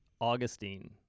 Augustine